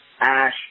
Ash